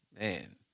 man